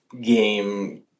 game